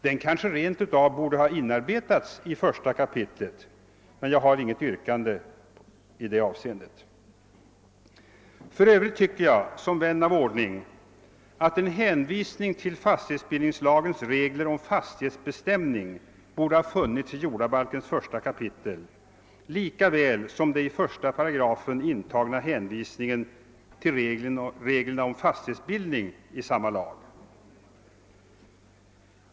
Den kanske rent av borde ha inarbetats i 1 kap., men jag har inget yrkande i det avseendet. För övrigt tycker jag som vän av ordning att en hänvisning till fastighetsbildningslagens regler om fastighetsbestämning borde ha funnits i jordabalkens 1 kap. lika väl som den i 1 kap. 1 8 intagna hänvisningen till reglerna om fastighetsbildning i samma lag.